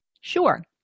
Sure